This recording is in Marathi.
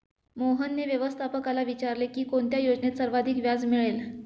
मोहनने व्यवस्थापकाला विचारले की कोणत्या योजनेत सर्वाधिक व्याज मिळेल?